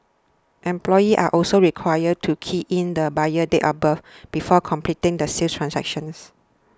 employees are also required to key in the buyer's date of birth before completing the sale transactions